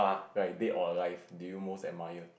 right dead or alive do you most admire